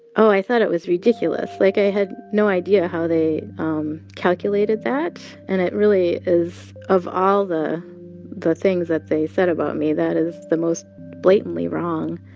oh, i thought it was ridiculous. like, i had no idea how they calculated that. and it really is of all the the things that they said about me, that is the most blatantly wrong,